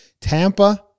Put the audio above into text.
Tampa